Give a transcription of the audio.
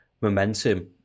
momentum